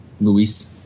Luis